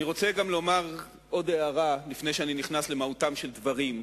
אני רוצה גם לומר עוד הערה לפני שאני נכנס למהותם של דברים.